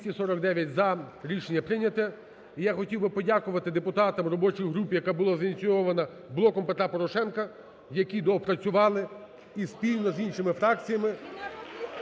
Я хотів би подякувати депутатам, робочій групі, яка була зініційована "Блоком Петра Порошенка", які доопрацювали, і спільно з іншими фракціями…